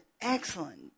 excellent